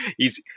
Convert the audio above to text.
hes